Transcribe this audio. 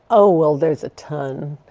oh well there's a ton.